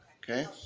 okay,